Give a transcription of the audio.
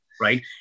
Right